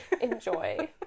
Enjoy